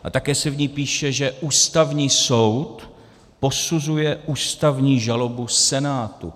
A také se v ní píše, že Ústavní soud posuzuje ústavní žalobu Senátu.